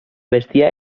bestiar